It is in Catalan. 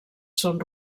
són